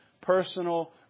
personal